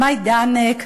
"מיידנק",